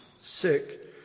sick